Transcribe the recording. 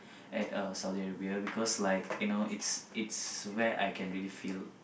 at uh Saudi-Arabia because like you know it's it's where I can really feel